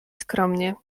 skromnie